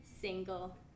single